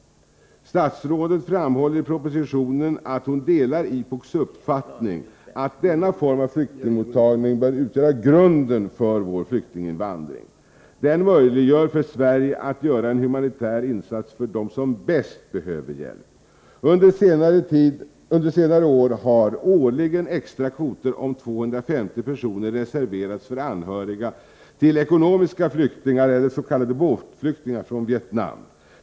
Statsrådet framhåller i propositionen att hon delar IPOK:s uppfattning att denna form av flyktingmottagning bör utgöra grunden för vår flyktinginvandring. Den möjliggör för Sverige att göra en humanitär insats för dem som bäst behöver hjälp. Under senare år har årligen extra kvoter om 250 personer reserverats för anhöriga till ekonomiska flyktingar eller s.k. båtflyktingar från Vietnam.